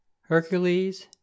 HERCULES